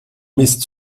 mist